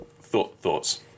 Thoughts